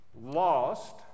Lost